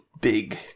big